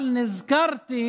אבל נזכרתי